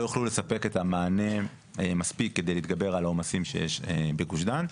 יוכלו לספק את המענה מספיק כדי להתגבר על העומסים שיש בגוש דן.